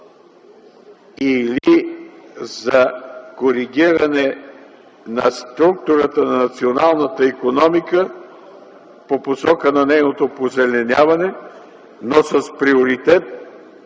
или за коригиране на структурата на националната икономика по посока на нейното позеленяване, но с приоритет